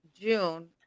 June